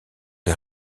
les